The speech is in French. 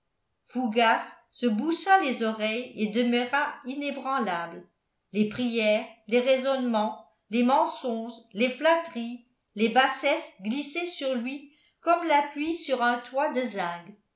fougas se boucha les oreilles et demeura inébranlable les prières les raisonnements les mensonges les flatteries les bassesses glissaient sur lui comme la pluie sur un toit de zinc